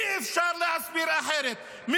אי-אפשר להסביר אחרת.